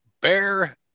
Bear